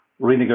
renegotiate